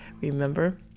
Remember